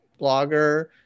blogger